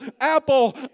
apple